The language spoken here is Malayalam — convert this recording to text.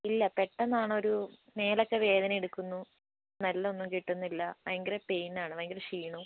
ഇല്ല പെട്ടെന്നാണൊരു മേലൊക്കെ വേദന എടുക്കുന്നു സ്മെൽ ഒന്നും കിട്ടുന്നില്ല ഭയങ്കര പൈൻ ആണ് ഭയങ്കര ക്ഷീണവും